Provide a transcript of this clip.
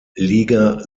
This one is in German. liga